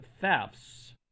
thefts